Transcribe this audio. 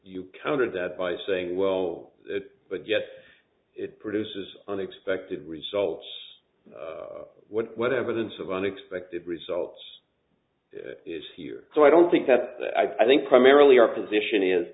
you countered that by saying well but yes it produces unexpected results what evidence of unexpected results is here so i don't think that i think primarily our position is